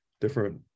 different